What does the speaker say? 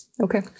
Okay